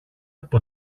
από